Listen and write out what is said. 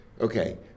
Okay